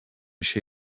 się